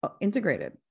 integrated